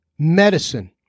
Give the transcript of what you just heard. medicine